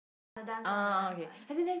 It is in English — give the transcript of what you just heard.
ah the dance one the dance one